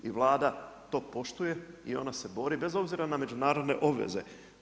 I Vlada do poštuje i ona se bori bez obzira na međunarodne obveze.